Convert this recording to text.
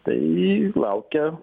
tai laukia